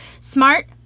smart